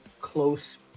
close